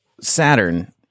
Saturn